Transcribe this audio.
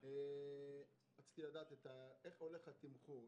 רציתי לדעת איך הולך התמחור.